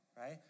right